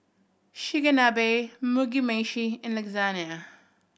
Chigenabe Mugi Meshi and Lasagna